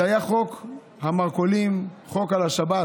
זה היה חוק המרכולים, חוק על השבת,